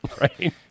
right